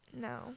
no